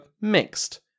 mixed